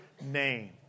Name